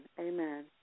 Amen